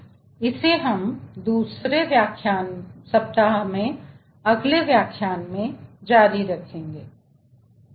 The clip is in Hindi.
मैं इसे दूसरे सप्ताह में अगले व्याख्यान में जारी रखूंगा